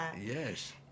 yes